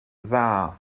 dda